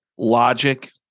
Logic